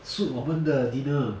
suit 我们的 dinner